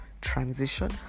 transition